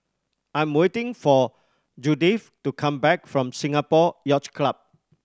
I'm waiting for Judyth to come back from Singapore Yacht Club